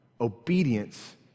obedience